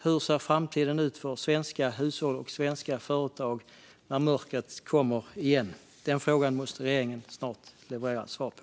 Hur ser framtiden ut för svenska hushåll och svenska företag när mörkret kommer igen? Den frågan måste regeringen snart leverera svar på.